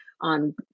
on